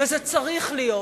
וזה צריך להיות